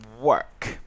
work